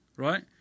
Right